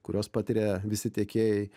kuriuos patiria visi tiekėjai